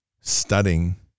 studying